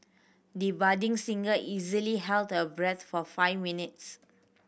the budding singer easily held her breath for five minutes